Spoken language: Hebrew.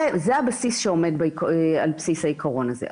זה הבסיס שעומד על בסיס העיקרון הזה.